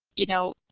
you know,